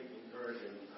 encouraging